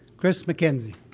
chris mackenzie.